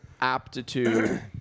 aptitude